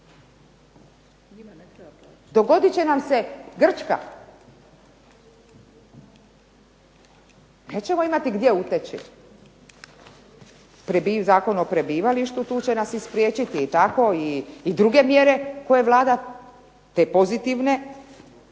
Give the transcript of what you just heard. Dogodit će nam se Grčka, nećemo imati gdje uteći. Zakon o prebivalištu tu će nas spriječiti i tako i druge mjere koje Vlada koje pozitivne